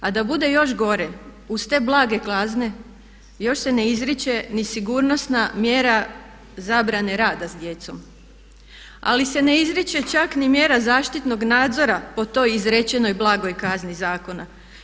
A da bude još gore uz te blage kazne još se ne izriče ni sigurnosna mjera zabrane rada s djecom, ali se ne izriče čak ni mjera zaštitnog nadzora po toj izrečenoj blagoj kazni zakona.